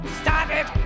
started